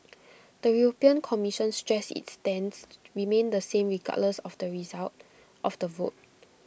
the european commission stressed its stance remained the same regardless of the result of the vote